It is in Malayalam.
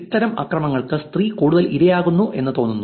ഇത്തരം ആക്രമണങ്ങൾക്ക് സ്ത്രീ കൂടുതൽ ഇരയാകുമെന്ന് തോന്നുന്നു